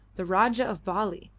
the rajah of bali,